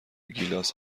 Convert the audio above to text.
گیلاس